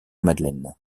madeleine